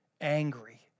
angry